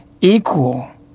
equal